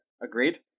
Agreed